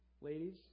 ladies